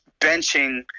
benching